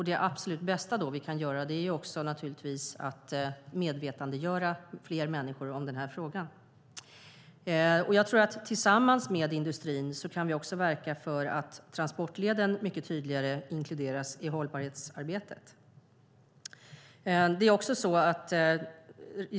Det absolut bästa som vi då kan göra är att medvetandegöra fler människor om denna fråga. Tillsammans med industrin kan vi också verka för att transportleden mycket tydligare inkluderas i hållbarhetsarbetet.